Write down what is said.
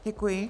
Děkuji.